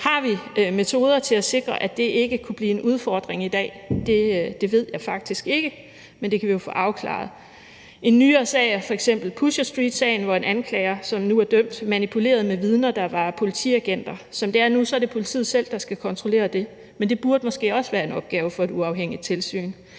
Har vi metoder til at sikre, at det ikke kunne blive en udfordring i dag? Det ved jeg faktisk ikke, men det kan vi jo få afklaret. En nyere sag er f.eks. Pusher Street-sagen, hvor en anklager, som nu er dømt, manipulerede med vidner, der var politiagenter. Som det er nu, er det politiet selv, der skal kontrollere det, men det burde måske også være en opgave for et uafhængigt tilsyn.